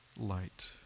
light